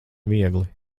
viegli